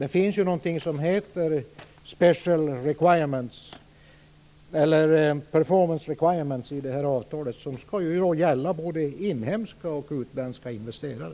Det finns något som heter performance requirements i avtalet. De skall gälla både inhemska och utländska investerare.